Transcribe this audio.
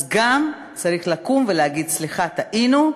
אז גם צריך לקום ולהגיד: סליחה, טעינו,